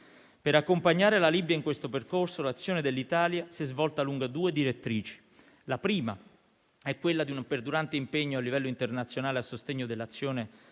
Per accompagnare la Libia in questo percorso l'azione dell'Italia si è svolta lungo due direttrici. La prima è quella di un perdurante impegno a livello internazionale a sostegno dell'azione delle